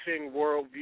worldview